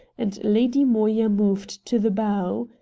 and lady moya moved to the bow.